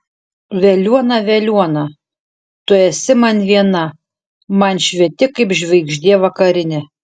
veliuona veliuona tu esi man viena man švieti kaip žvaigždė vakarinė